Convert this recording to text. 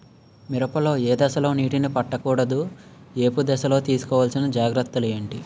మిరప లో ఏ దశలో నీటినీ పట్టకూడదు? ఏపు దశలో తీసుకోవాల్సిన జాగ్రత్తలు ఏంటి?